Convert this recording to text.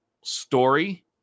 story